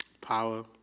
power